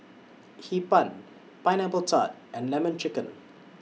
Hee Pan Pineapple Tart and Lemon Chicken